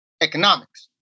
economics